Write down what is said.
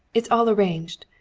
it's all arranged.